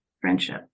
friendship